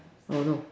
oh no